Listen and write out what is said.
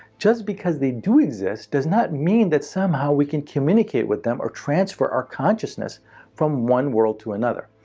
just because they do exist does not mean that somehow we can communicate with them, or transfer our consciousness from one world to another.